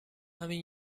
همین